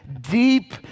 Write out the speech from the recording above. deep